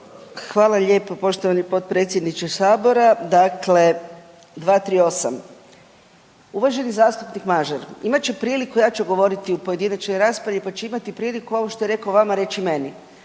hvala lijepo poštovani potpredsjedniče Sabora. Dakle, 238., uvaženi zastupnik Mažar imat će priliku, ja ću govoriti u pojedinačnoj raspravi, pa će imati priliku ovo što je rekao vama, reći meni,